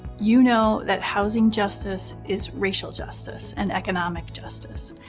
you know that housing justice is racial justice and economic justice.